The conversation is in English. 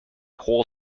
whole